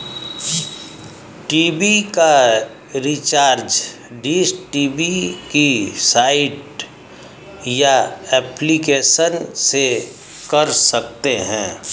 TV का recharge dish TV की site या एप्लीकेशन से कर सकते है